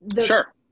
Sure